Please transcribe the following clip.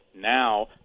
Now